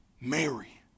Mary